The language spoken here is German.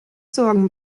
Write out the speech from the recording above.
sorgen